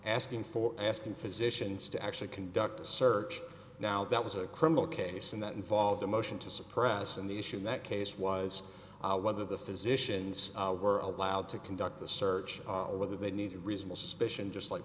asking for asking physicians to actually conduct a search now that was a criminal case and that involved a motion to suppress and the issue in that case was whether the physicians were allowed to conduct the search or whether they need reasonable suspicion just like